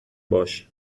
باش